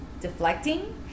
deflecting